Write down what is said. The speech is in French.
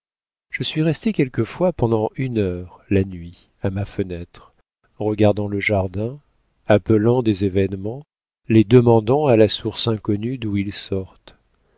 je suis restée quelquefois pendant une heure la nuit à ma fenêtre regardant le jardin appelant des événements les demandant à la source inconnue d'où ils sortent